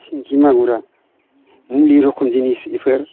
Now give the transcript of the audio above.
सिंगि मागुरा मुलि रखम जिनिस इफोर